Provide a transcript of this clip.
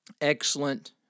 excellent